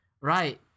Right